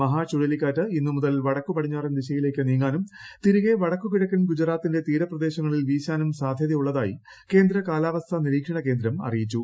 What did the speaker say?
മഹാചുഴലിക്കാറ്റ് ഇന്നുമുതൽ വടക്ക് പടിഞ്ഞാറൻ ദിശയിലേക്ക് നീങ്ങാനും തിരികെ വടക്ക് കിഴക്കൻ ഗുജറി്ടുത്തിന്റെ തീരപ്രദേശങ്ങളിൽ വീശാനും സാധ്യതയുള്ളതായി കേന്ദ്ര ക്ട്ലൂർപ്പസ്ഥാ നിരീക്ഷണകേന്ദ്രം അറിയിച്ചു